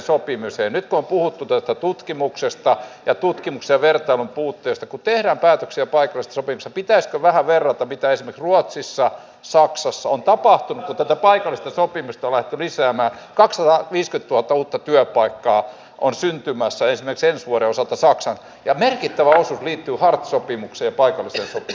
totta kai toimeentulo on tärkeä asia mutta tämä uudistus kuitenkin tuo nyt nimenomaan sen mahdollisuuden että voi sanoa näin että jatkossa meidän sosiaali ja terveyshuollon palvelut ovat juuri niin hyvät tai huonot kuin kansalaiset ja kuntalaiset haluavat niiden olevan koska tämä uudistus tehdään näin